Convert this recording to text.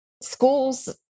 schools